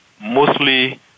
mostly